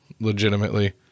legitimately